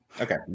Okay